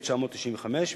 התשנ"ה 1995,